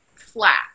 flat